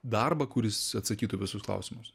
darbą kuris atsakytų į visus klausimus